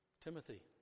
Timothy